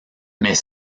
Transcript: mais